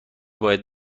باید